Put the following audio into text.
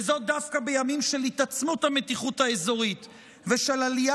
וזאת דווקא בימים של התעצמות המתיחות האזורית ושל עלייה